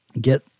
get